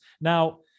Now